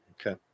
Okay